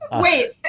Wait